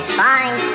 fine